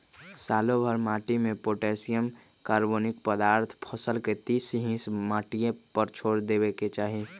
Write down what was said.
सालोभर माटिमें potassium, carbonic पदार्थ फसल के तीस हिस माटिए पर छोर देबेके चाही